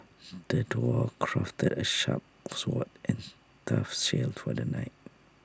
the dwarf crafted A sharp sword and tough shield for the knight